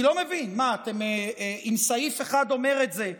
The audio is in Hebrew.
אני לא מבין, אם סעיף 1 אומר את זה,